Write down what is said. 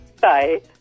Bye